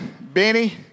Benny